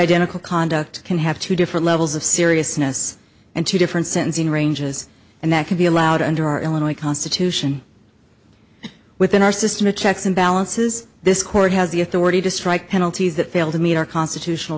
identical conduct can have two different levels of seriousness and two different sentencing ranges and that can be allowed under our illinois constitution within our system of checks and balances this court has the authority to strike penalties that fail to meet our constitutional